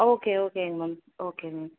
okay ஓகேங்க ma'am okay ma'am